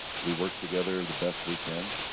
we were together the best we can